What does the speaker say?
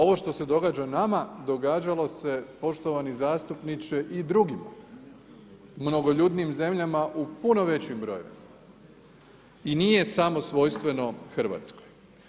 Ovo što se događa nama, događalo se, poštovani zastupniče i drugim mnogoljudnijim zemljama u puno većim brojevima i nije samo svojstveno RH.